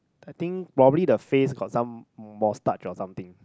I think probably the face got some moustache or something